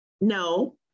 no